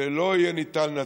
ולא יהיה ניתן,